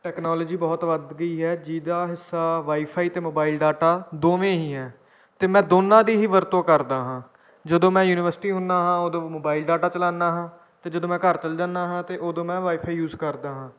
technology ਬਹੁਤ ਵੱਧ ਗਈ ਹੈ ਜਿਹਦਾ ਹਿੱਸਾ ਵਾਈਫਾਈ ਅਤੇ ਮੋਬਾਈਲ ਡਾਟਾ ਦੋਵੇਂ ਹੀ ਹੈ ਅਤੇ ਮੈਂ ਦੋਨਾਂ ਦੀ ਹੀ ਵਰਤੋਂ ਕਰਦਾ ਹਾਂ ਜਦੋਂ ਮੈਂ ਯੂਨੀਵਰਸਿਟੀ ਹੁੰਦਾ ਹਾਂ ਉਦੋਂ ਮੋਬਾਇਲ ਡਾਟਾ ਚਲਾਉਂਦਾ ਹਾਂ ਅਤੇ ਜਦੋਂ ਮੈਂ ਘਰ ਚਲ ਜਾਂਦਾ ਹਾਂ ਅਤੇ ਉਦੋਂ ਮੈਂ ਵਾਈਫਾਈ ਯੂਸ ਕਰਦਾ ਹਾਂ